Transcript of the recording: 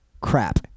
crap